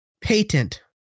patent